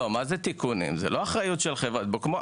לא, תיקונים זה לא אחריות של חברת הביטוח.